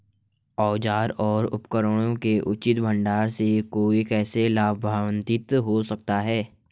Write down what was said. औजारों और उपकरणों के उचित भंडारण से कोई कैसे लाभान्वित हो सकता है?